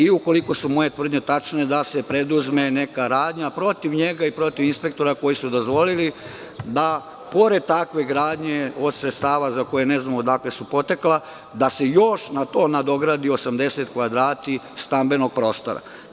Ukoliko su moje tvrdnje tačne, onda da se preduzme neka radnja protiv njega i protiv inspektora koji su dozvolili da pored takve gradnje od sredstava za koje ne znamo odakle su potekla, da se još na to nadogradi 80 kvadrata stambenog prostora.